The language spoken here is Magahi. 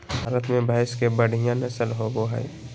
भारत में भैंस के बढ़िया नस्ल होबो हइ